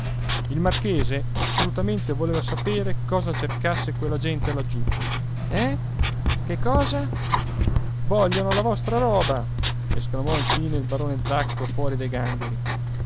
il marchese assolutamente voleva sapere cosa cercasse quella gente laggiù eh che cosa vogliono la vostra roba esclamò infine il barone zacco fuori dei gangheri